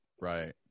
Right